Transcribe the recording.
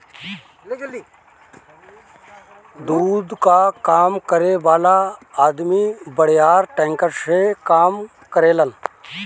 दूध कअ काम करे वाला अदमी बड़ियार टैंकर से काम करेलन